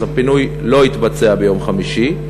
אז הפינוי לא יתבצע ביום חמישי,